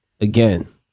again